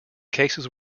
cases